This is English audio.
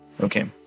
Okay